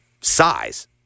size